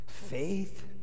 faith